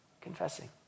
confessing